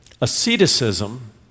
asceticism